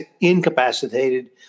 incapacitated